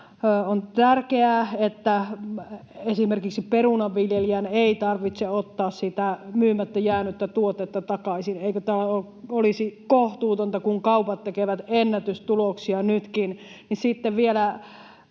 On tärkeää, että esimerkiksi perunanviljelijän ei tarvitse ottaa sitä myymättä jäänyttä tuotetta takaisin. Eikö tämä olisi kohtuutonta, kun kaupat tekevät ennätystuloksia nytkin,